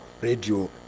radio